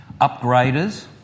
upgraders